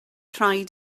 rhaid